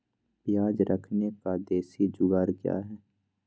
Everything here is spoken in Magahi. प्याज रखने का देसी जुगाड़ क्या है?